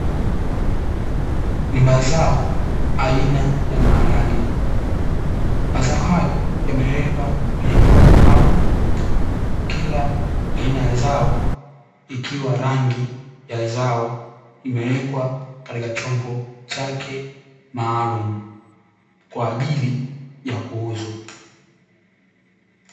Ni mazao aina ya maharage, mazao hayo yamewekwa kwenye vyombo maalumu kila aina ya zao likiwa rangi ya zao imewekwa katika chombo chake maalumu kwa ajili ya kuuzwa.